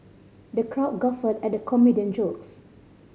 the crowd guffawed at the comedian jokes